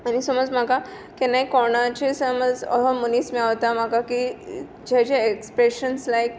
आनी सोमज म्हाका केन्नाय कोणाचें समज ओहो मनीस मेवता म्हाका की जे जे एक्सप्रेशन्स लायक